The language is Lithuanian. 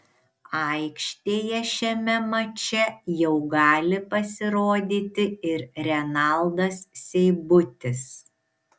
aikštėje šiame mače jau gali pasirodyti ir renaldas seibutis